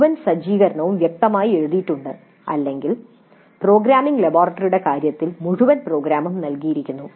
മുഴുവൻ സജ്ജീകരണവും വ്യക്തമായി എഴുതിയിട്ടുണ്ട് അല്ലെങ്കിൽ പ്രോഗ്രാമിംഗ് ലബോറട്ടറിയുടെ കാര്യത്തിൽ മുഴുവൻ പ്രോഗ്രാമും നൽകിയിരിക്കുന്നു